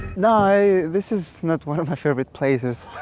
no, i this is not one of my favorite places.